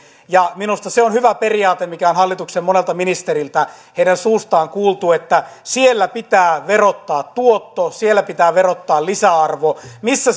ja minusta se on hyvä periaate mikä on hallituksen monelta ministeriltä heidän suustaan kuultu että siellä pitää verottaa tuotto siellä pitää verottaa lisäarvo missä